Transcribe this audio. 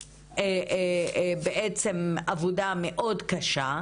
ובעצם עבודה מאוד קשה,